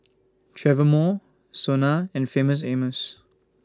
Travelpro Sona and Famous Amos